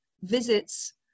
visits